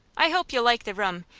i hope you'll like the room,